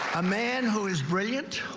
a man who is brilliant.